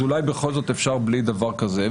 אם כן, אולי בכל זאת אפשר בלי דבר כזה?